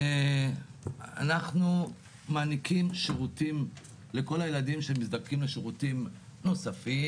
אנחנו מעניקים שירותים לכל הילדים שמזדקקים לשירותים נוספים,